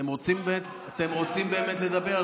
אתם רוצים באמת לדבר?